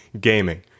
Gaming